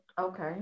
Okay